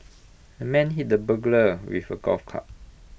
the man hit the burglar with A golf club